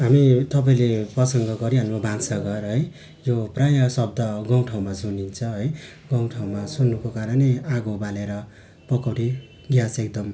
हामी तपाईँले प्रसङ्ग गरिहाल्नु भयो भान्साघर है यो प्रायः शब्द गाउँठाउँमा सुनिन्छ है गाउँठाउँमा सुन्नुको कारणै आगो बालेर पकाउने ग्यास एकदम